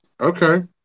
Okay